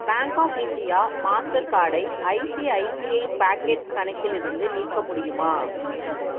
bank of India master கார்டை ICICI pockets கணக்கிலிருந்து நீக்க முடியுமா